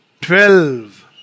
Twelve